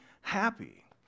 happy